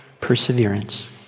perseverance